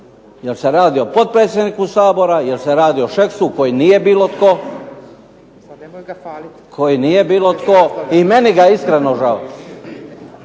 li se radi o potpredsjedniku Sabora, je li se radi o Šeksu, koji nije bilo tko, i meni ga iskreno žao.